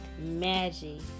magic